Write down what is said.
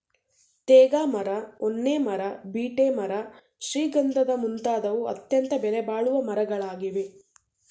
ತೇಗ ಮರ, ಹೊನ್ನೆ ಮರ, ಬೀಟೆ ಮರ ಶ್ರೀಗಂಧದ ಮುಂತಾದವು ಅತ್ಯಂತ ಬೆಲೆಬಾಳುವ ಮರಗಳಾಗಿವೆ